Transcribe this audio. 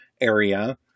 area